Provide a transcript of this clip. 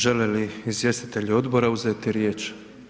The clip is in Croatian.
Žele li izvjestitelji odbora uzeti riječ?